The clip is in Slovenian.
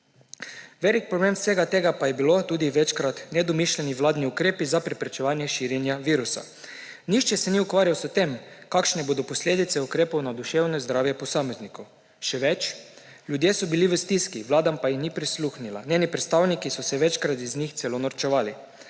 Velik problem vsega tega pa je bilo tudi večkrat nedomišljeni vladni ukrepi za preprečevanje širjenja virusa. Nihče se ni ukvarjal s tem, kakšne bodo posledice ukrepov na duševno zdravje posameznikov; še več, ljudje so bili v stiski, Vlada pa jim ni prisluhnila. Njeni predstavniki so se večkrat iz njih celo norčevali.